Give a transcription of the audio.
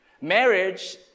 Marriage